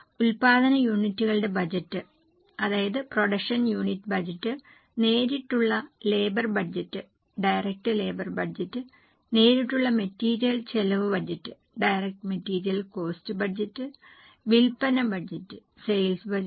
ഉൽപ്പാദന യൂണിറ്റുകളുടെ ബജറ്റ് നേരിട്ടുള്ള ലേബർ ബജറ്റ് നേരിട്ടുള്ള മെറ്റീരിയൽ ചെലവ് ബജറ്റ് വിൽപ്പന ബജറ്റ്